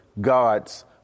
God's